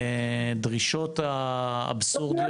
זכאי ישבות